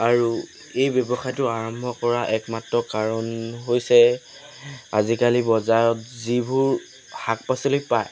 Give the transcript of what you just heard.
আৰু এই ব্যৱসায়টো আৰম্ভ কৰা একমাত্ৰ কাৰণ হৈছে আজিকালি বজাৰত যিবোৰ শাক পাচলি পায়